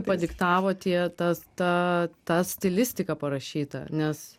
padiktavo tie tas ta ta stilistika parašyta nes